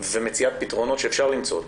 ומציאת פתרונות שאפשר למצוא אותם.